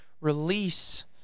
release